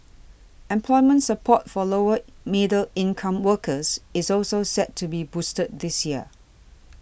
employment support for lower middle income workers is also set to be boosted this year